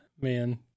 man